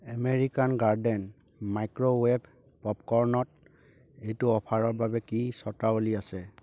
American garden microwave পপকৰ্নত এইটো অফাৰৰ বাবে কি চৰ্তাৱলী আছে